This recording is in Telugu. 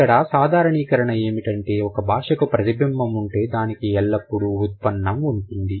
ఇక్కడ సాధారణీకరణ ఏమిటంటే ఒక భాషకు ప్రతిబింబం ఉంటే దానికి ఎల్లప్పుడూ ఉత్పన్నం ఉంటుంది